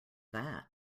that